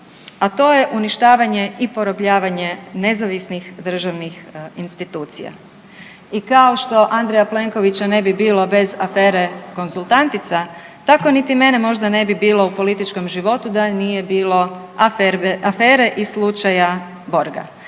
A to je uništavanje i porobljavanje nezavisnih državnih institucija. I kao što Andreja Plenkovića ne bi bilo bez afere Konzultantica tako niti mene možda ne bi bilo u političkom životu da nije bilo afere i slučaja Borga